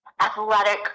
athletic